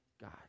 God